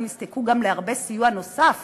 הם נזקקו גם להרבה סיוע נוסף